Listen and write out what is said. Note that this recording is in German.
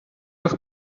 noch